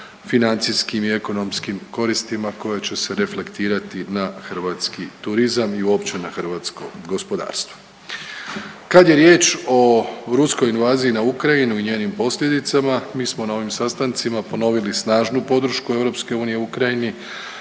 financijskim i ekonomskim koristima koje će se reflektirati na hrvatski turizam i uopće na hrvatsko gospodarstvo. Kad je riječ o ruskoj invaziji na Ukrajinu i njenim posljedicama mi smo na ovim sastancima ponovili snažnu podršku EU Ukrajini,